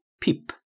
peep